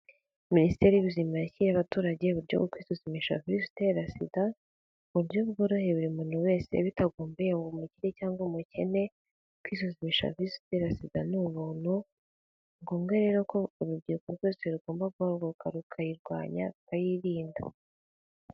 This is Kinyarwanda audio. Minisiteri y'Ubuzima yashyiriyeho abaturage uburyo bwo kwisuzumisha virusi itera sida, mu buryo bworoheye buri muntu wese bitagombeye ngo umukire cyangwa umukene, kwisuzumisha virusi itera sida ni ubuntu, ni ngombwa rero ko urubyiruko rwose rugomba guhaguruka rukayirwanya, rukayirinda.